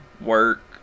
work